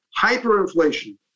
hyperinflation